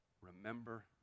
remember